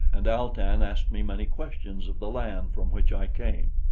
and al-tan asked me many questions of the land from which i came.